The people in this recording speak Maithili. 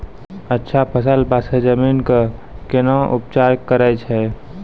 अच्छा फसल बास्ते जमीन कऽ कै ना उपचार करैय छै